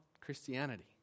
Christianity